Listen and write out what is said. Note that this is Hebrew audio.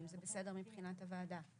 אם זה בסדר מבחינת הוועדה.